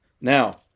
Now